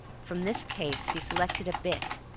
from this case he selected a bit,